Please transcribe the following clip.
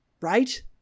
right